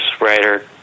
writer